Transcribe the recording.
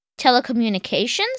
telecommunications